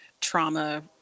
trauma